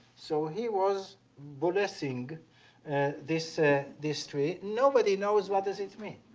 so he was bulessing this ah this tree. nobody knows what does it mean?